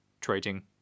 trading